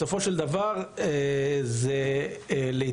בסופו של דבר, לעיתים